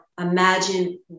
Imagine